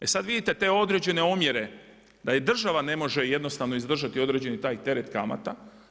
E sad vidite te određene omjere da ni država ne može jednostavno izdržati određeni taj teret kamata.